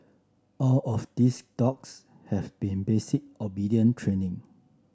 all of these dogs have been basic obedient training